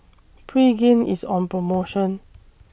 Pregain IS on promotion